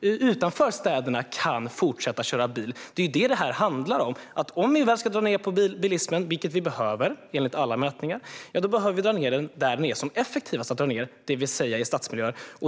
utanför städerna kan fortsätta att köra bil. Det är vad det handlar om. Om vi ska dra ned på bilismen, vilket vi behöver enligt alla mätningar, behöver vi dra ned den där det är som effektivast att dra ned, det vill säga i stadsmiljöer.